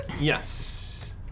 Yes